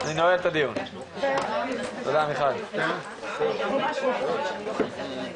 אז אני אתחיל בלהודות לחברתי ח"כ מיכל וולדיגר גם על יוזמת היום